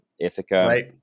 Ithaca